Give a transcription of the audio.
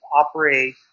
operate